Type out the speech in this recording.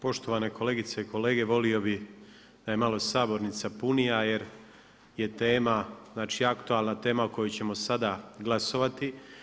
Poštovane kolegice i kolege, volio bih da je malo sabornica punija jer je tema, znači aktualna tema o kojoj ćemo sada glasovati.